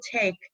take